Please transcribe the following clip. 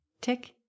tick